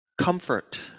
Comfort